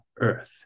earth